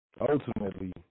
ultimately